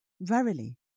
Verily